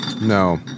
No